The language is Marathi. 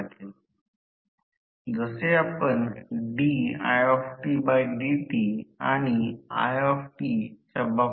कारण रोटर वेगाने n फिरत आहे जे ns पेक्षा कमी आहे